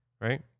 right